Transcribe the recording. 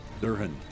Durhan